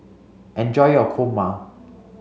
enjoy your Kurma